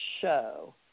show